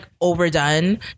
overdone